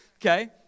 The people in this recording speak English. okay